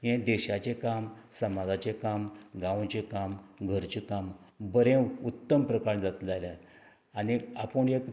हें देशांचें काम समाजाचें काम गांवचें काम घरचें काम बरें उत्तम प्रकार जातलें जाल्यार आनीक आपूण एक